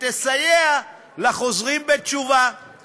הציבורית תיתן לשירותו,